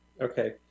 Okay